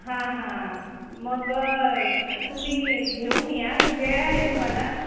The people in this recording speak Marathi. हां हां मग तुम्ही घेऊन या वेळ आहे तुम्हाला